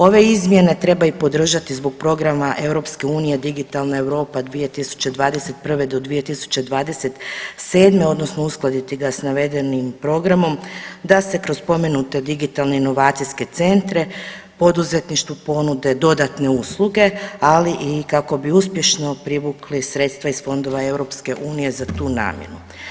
Ove izmjene treba i podržati zbog programa EU Digitalna Europa 2021. do 2027. odnosno uskladiti ga s navedenim programom da se kroz spomenute digitalne inovacijske centre poduzetništvu ponude dodatne usluge, ali i kako bi uspješno privukli sredstva iz fondova EU za tu namjenu.